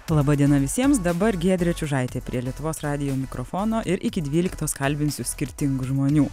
laba diena visiems dabar giedrė čiužaitė prie lietuvos radijo mikrofono ir iki dvyliktos kalbinsiu skirtingų žmonių